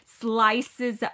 Slices